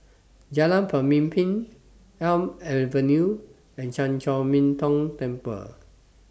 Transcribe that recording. Jalan Pemimpin Elm Avenue and Chan Chor Min Tong Temple